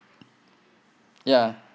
ya